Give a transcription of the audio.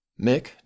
Mick